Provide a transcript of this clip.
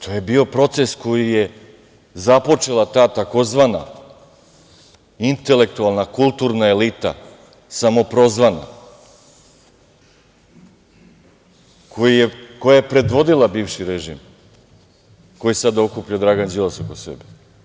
To je bio proces koji je započela ta tzv. intelektualna, kulturna elita, samoprozvana, koja je predvodila bivši režim, koju je sada okupio Dragan Đilas oko sebe.